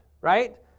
right